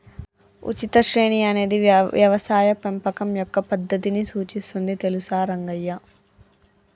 ఉచిత శ్రేణి అనేది యవసాయ పెంపకం యొక్క పద్దతిని సూచిస్తుంది తెలుసా రంగయ్య